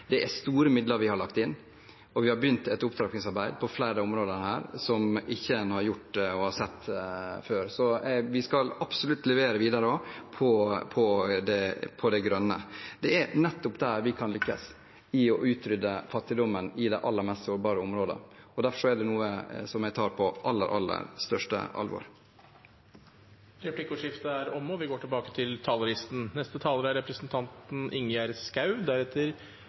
Det er store midler vi har lagt inn, og vi har begynt et opptrappingsarbeid på flere områder her som en ikke har gjort og sett før. Så vi skal absolutt levere videre også på det grønne. Det er nettopp der vi kan lykkes i å utrydde fattigdommen i de aller mest sårbare områdene, og derfor er det noe jeg tar på aller, aller største alvor. Replikkordskiftet er omme. De talerne som heretter får ordet, har en taletid på inntil 3 minutter. De siste årene har verden blitt mer uforutsigbar. Vi